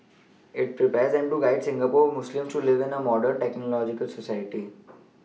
it prepares them to guide Singapore Muslims to live in a modern technological society